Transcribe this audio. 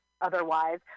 otherwise